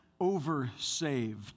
oversaved